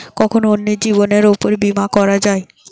কখন অন্যের জীবনের উপর বীমা করা যায়?